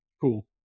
Cool